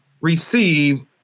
receive